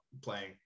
playing